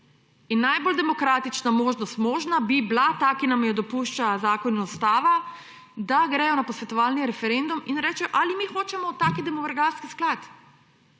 in najbolj demokratična možnost možna, bi bila ta, ki nam jo dopušča zakon in Ustava, da grejo na posvetovalni referendum in rečejo, ali mi hočemo v taki demografski sklad.